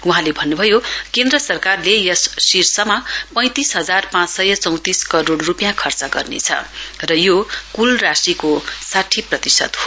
वहाँले भन्न्भयो केन्द्र सरकारले यस शीर्षमा पैंतिस हजार पाँच सय चौंतिस करोड रुपियाँ खर्च गर्नेछ र यो क्ल राशिको साठी प्रतिशत हो